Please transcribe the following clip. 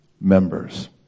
members